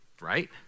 Right